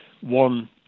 one